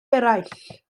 eraill